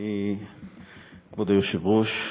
כבוד היושב-ראש,